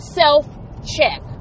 self-check